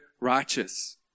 righteous